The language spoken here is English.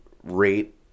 rate